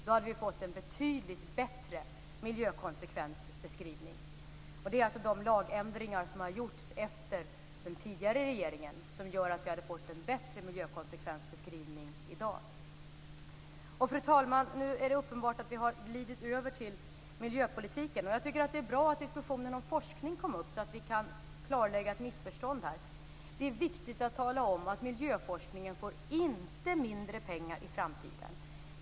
Då hade vi fått en betydligt bättre miljökonsekvensbeskrivning. De lagändringar som har gjorts efter den tidigare regeringen innebär att vi har fått en bättre miljökonsekvensbeskrivning i dag. Fru talman! Nu är det uppenbart att vi har glidit över till miljöpolitiken. Jag tycker att det är bra att diskussionen om forskning kom upp, så att vi kan klarlägga ett missförstånd. Det är viktigt att tala om att miljöforskningen inte får mindre pengar i framtiden.